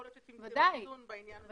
יכול להיות שתמצאו איזון בעניין הזה.